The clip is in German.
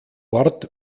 ort